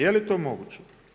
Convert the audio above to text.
Je li to moguće?